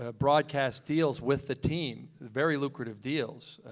ah broadcast deals with the team, very lucrative deals,